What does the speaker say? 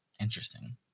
Interesting